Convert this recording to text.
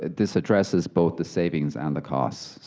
this addresses both the savings and the cost,